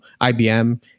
IBM